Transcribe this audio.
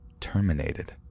terminated